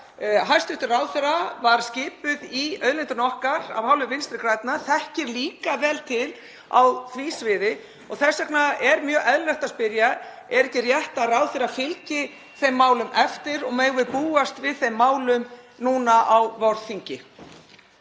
hæstv. ráðherra skipaður í Auðlindina okkar af hálfu Vinstri grænna og þekkir líka vel til á því sviði. Þess vegna er mjög eðlilegt að spyrja: Er ekki rétt að ráðherra fylgi þeim málum eftir og megum við búast við þeim málum núna á vorþingi?